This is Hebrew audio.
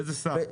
איזה שר?